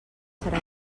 serà